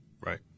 Right